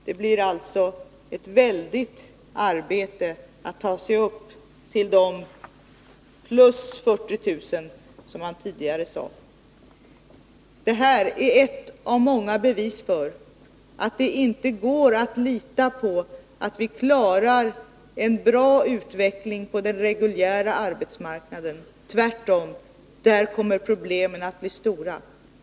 Det blir alltså ett väldigt arbete att ta sig upp till de + 40 000 som man tidigare talade om. Det här är ett av många bevis på att det inte går att lita på att vi klarar en bra utveckling på den reguljära arbetsmarknaden. Tvärtom kommer problemen där att bli stora.